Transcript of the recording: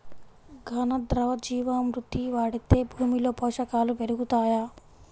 ఘన, ద్రవ జీవా మృతి వాడితే భూమిలో పోషకాలు పెరుగుతాయా?